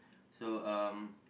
so um